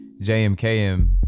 JMKM